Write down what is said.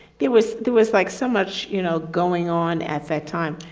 there was there was like so much, you know, going on at that time.